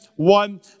one